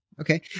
Okay